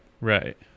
Right